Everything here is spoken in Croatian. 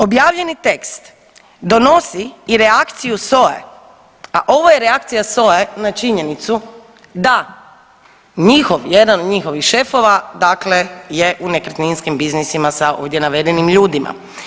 Objavljeni tekst donosi i reakciju SOA-e, a ovo je reakcija SOA-e na činjenicu da njihov, jedan od njihovih šefova dakle je u nekretninskim biznisima sa ovdje navedenim ljudima.